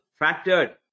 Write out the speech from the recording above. factored